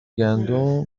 گندم